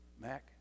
Mac